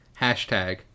Hashtag